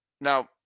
now